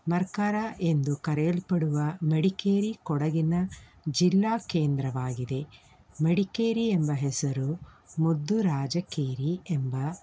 Mercara ಎಂದು ಕರೆಯಲ್ಪಡುವ ಮಡಿಕೇರಿ ಕೊಡಗಿನ ಜಿಲ್ಲಾ ಕೇಂದ್ರವಾಗಿದೆ ಮಡಿಕೇರಿ ಎಂಬ ಹೆಸರು ಮುದ್ದುರಾಜಕೇರಿ ಎಂಬ